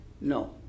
No